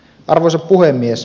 arvoisa puhemies